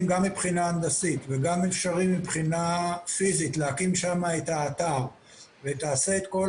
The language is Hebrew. גם מבחינה הנדסית וגם אפשרי להקים שם פיזית את האתר ותגיש את כל